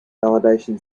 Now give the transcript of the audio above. validation